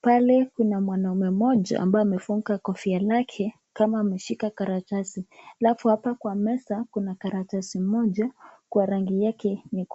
Pale kuna mwanaume mmoja ambaye amefunga kofia lake kama ameshika karatasi. Alafu hapa kwa meza kuna karatasi moja kwa rangi yake.